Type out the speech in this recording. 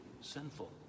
sinful